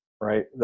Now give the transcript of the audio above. right